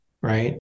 right